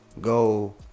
Go